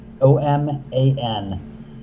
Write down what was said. O-M-A-N